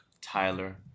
Tyler